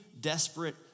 desperate